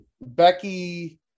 becky